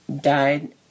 died